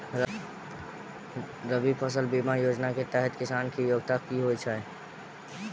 रबी फसल बीमा योजना केँ तहत किसान की योग्यता की होइ छै?